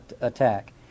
attack